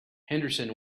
henderson